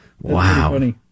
Wow